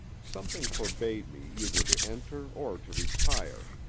something forbade me either to enter or to retire,